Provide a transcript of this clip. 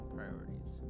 Priorities